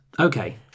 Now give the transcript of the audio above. Okay